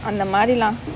அந்த மாறி:antha maari lah